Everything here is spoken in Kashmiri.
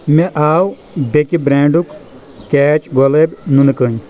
مےٚ آو بیٚکہِ برینٛڈُک کیٚچ گۄلٲبۍ نُنہٕ کٔنۍ